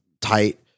tight